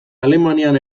alemanian